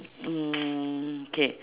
mm k